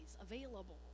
available